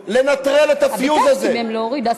אתם הולכים לנטרל את הפצצה הזאת,